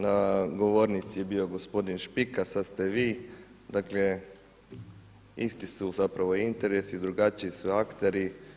Na govornici je bio gospodin Špika, sada ste vi, dakle isti su zapravo interesi i drugačiji su akteri.